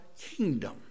kingdom